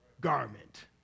garment